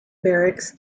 barracks